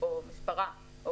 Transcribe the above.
או מספרה.